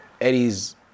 Eddie's